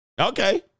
Okay